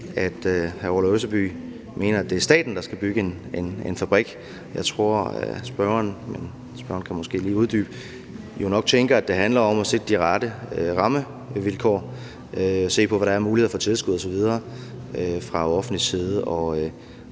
at hr. Orla Østerby mener, at det er staten, der skal bygge en fabrik. Jeg tror, at spørgeren – det kan han måske lige uddybe – jo nok tænker, at det handler om at sikre de rette rammevilkår og se på, hvad der er af muligheder for tilskud osv. fra offentlig side.